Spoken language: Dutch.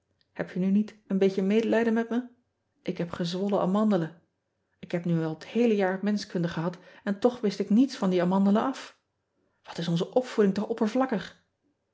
eb je nu niet een beetje medelijden met me k heb gezwollen amandelen k heb nu al het heele jaar enschkunde gehad en toch wist ik niets van die amandelen af at is onze opvoeding toch oppervlakkig